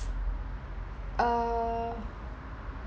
uh